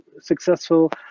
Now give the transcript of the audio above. successful